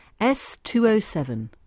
S207